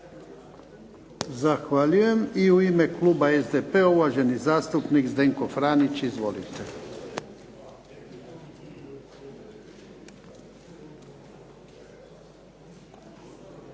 Zahvaljujem. I u ime kluba SDP-a uvaženi zastupnik Zdenko Franić. Izvolite.